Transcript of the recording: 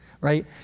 Right